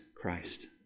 Christ